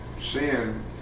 Sin